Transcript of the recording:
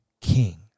King